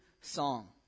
song